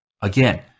again